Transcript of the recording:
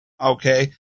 okay